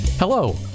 Hello